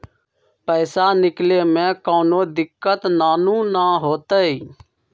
पईसा निकले में कउनो दिक़्क़त नानू न होताई?